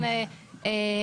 -- אוקי.